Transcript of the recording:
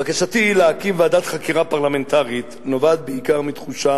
בקשתי להקים ועדת חקירה פרלמנטרית נובעת בעיקר מתחושה